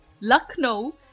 Lucknow